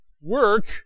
work